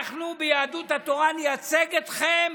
אנחנו ביהדות התורה נייצג אתכם,